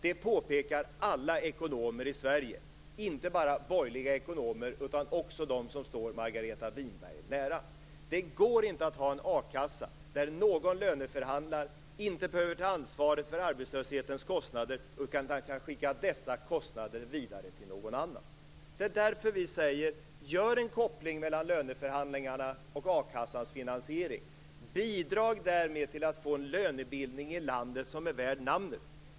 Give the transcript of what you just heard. Det påpekar alla ekonomer i Sverige, inte bara borgerliga ekonomer utan också de som står Margareta Winberg nära. Det går inte att ha en a-kassa där den som löneförhandlar inte behöver ta ansvaret för arbetslöshetens kostnader utan kan skicka dessa kostnader vidare till någon annan. Det är därför vi säger att man skall göra en koppling mellan löneförhandlingarna och a-kassans finansiering. Därmed skulle man bidra till att få en lönebildning i landet som är värd namnet.